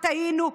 טעינו,